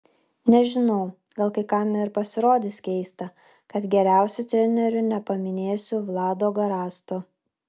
nežinau gal kai kam ir pasirodys keista kad geriausiu treneriu nepaminėsiu vlado garasto